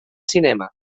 cinema